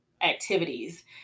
activities